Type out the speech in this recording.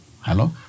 Hello